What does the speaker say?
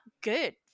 good